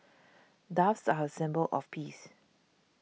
doves are a symbol of peace